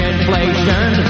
Inflation